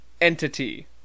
entity